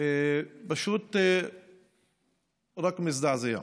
פשוט רק מזדעזע.